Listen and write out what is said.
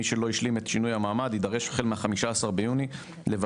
מי שלא השלים את שינוי המעמד יידרש החל מ-15 בינוני לבצע